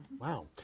Wow